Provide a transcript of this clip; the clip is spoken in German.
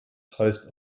heißt